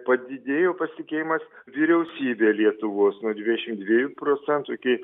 padidėjo pasitikėjimas vyriausybe lietuvos nuo dvidešim dviejų procentų iki